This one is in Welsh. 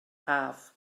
haf